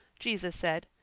jesus said,